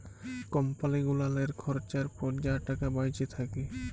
কম্পালি গুলালের খরচার পর যা টাকা বাঁইচে থ্যাকে